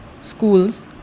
schools